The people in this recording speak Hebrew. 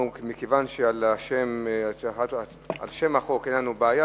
מכיוון שעל שם החוק אין לנו הסתייגות,